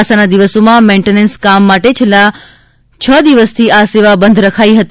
ચોમાસાના દિવસોમાં મેઈન્ટનન્સ કામ માટે છેલ્લાં છ દિવસથી આ સેવા બંધ રખાઈ હતી